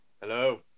Hello